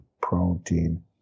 protein